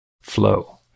Flow